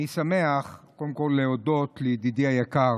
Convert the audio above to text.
אני שמח קודם כול להודות לידידי היקר